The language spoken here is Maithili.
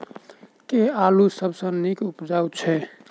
केँ आलु सबसँ नीक उबजय छै?